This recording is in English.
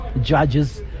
judges